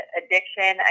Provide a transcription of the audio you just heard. addiction